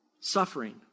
suffering